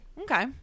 Okay